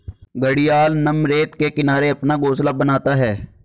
घड़ियाल नम रेत के किनारे अपना घोंसला बनाता है